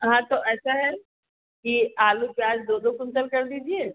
हाँ तो ऐसा है कि आलू प्याज़ दो दो कुंटल कर दीजिए